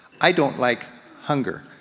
i don't like hunger.